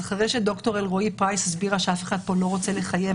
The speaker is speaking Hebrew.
אחרי שדוקטור אלרעי פרייס הסבירה שאף אחד כאן לא רוצה לחייב